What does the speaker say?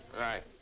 right